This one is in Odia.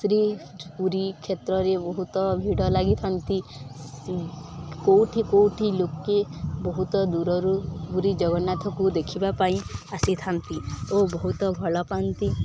ଶ୍ରୀ ପୁରୀ କ୍ଷେତ୍ରରେ ବହୁତ ଭିଡ଼ ଲାଗିଥାନ୍ତି କେଉଁଠି କେଉଁଠି ଲୋକେ ବହୁତ ଦୂରରୁ ପୁରୀ ଜଗନ୍ନାଥକୁ ଦେଖିବା ପାଇଁ ଆସିଥାନ୍ତି ଓ ବହୁତ ଭଲ ପାଆନ୍ତି